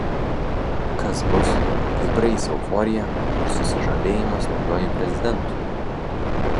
kas bus kai praeis euforija ir susižavėjimas naujuoju prezidentu